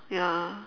ya